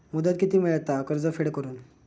मुदत किती मेळता कर्ज फेड करून?